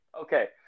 Okay